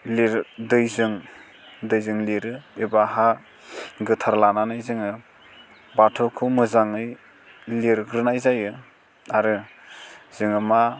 लिर दैजों दैजों लिरो एबा हा गोथार लानानै जोङो बाथौखौ मोजाङै लिरग्रोनाय जायो आरो जोङो मा